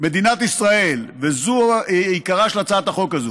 מדינת ישראל, וזה עיקרה של הצעת החוק הזאת,